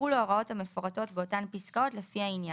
יחולו ההוראות המפורטות באותן פסקאות, לפי העניין: